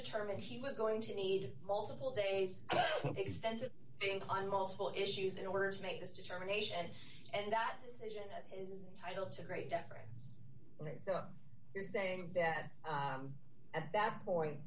determined he was going to need multiple days extensive think on multiple issues in order to make this determination and that decision is titled to great deference so you're saying that at that point